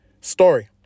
story